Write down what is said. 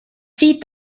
siit